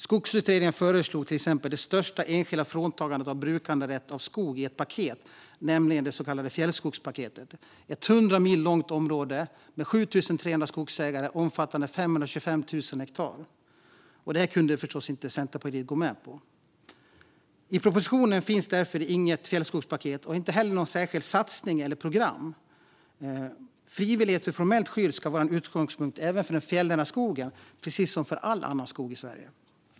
Skogsutredningen föreslog till exempel det största enskilda fråntagandet av brukanderätten till skog i ett paket, nämligen det som kallades fjällskogspaketet, som handlade om ett 100 mil långt område som berör 7 300 skogsägare och omfattar 525 000 hektar. Detta kunde Centerpartiet förstås inte gå med på. I propositionen finns därför inget fjällskogspaket och inte heller någon särskild satsning eller något särskilt program. Frivillighet för formellt skydd ska vara en utgångspunkt även för den fjällnära skogen, precis som för all annan skog i Sverige.